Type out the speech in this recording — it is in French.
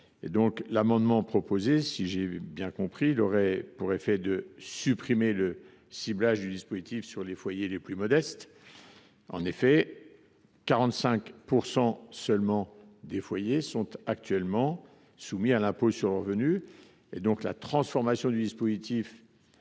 l’amendement que vous proposez aurait pour effet de supprimer le ciblage du dispositif sur les foyers les plus modestes. Puisque 45 % seulement des foyers sont actuellement soumis à l’impôt sur le revenu, la transformation du dispositif